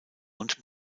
und